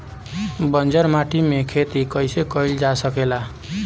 बंजर माटी में खेती कईसे कईल जा सकेला?